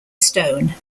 stone